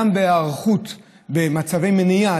גם בהיערכות למניעה,